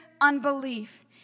unbelief